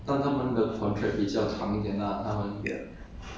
ya that [one] 是叫 commercial 的 mah 新传媒